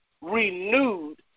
renewed